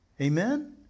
Amen